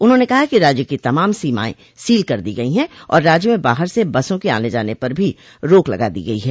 उन्होंने कहा कि राज्य की तमाम सीमाएं सील कर दी गई हैं और राज्य में बाहर से बसों के आने जाने पर भी रोक लगा दी गई है